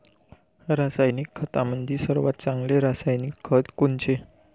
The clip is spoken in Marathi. रासायनिक खतामंदी सर्वात चांगले रासायनिक खत कोनचे?